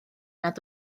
nad